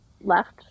left